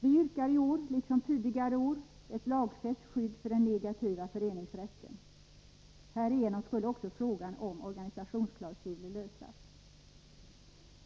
Vi yrkar i år, liksom tidigare år, ett lagfäst skydd för den negativa föreningsrätten. Härigenom skulle också frågan om organisationsklausuler lösas.